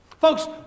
Folks